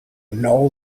know